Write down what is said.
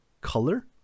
color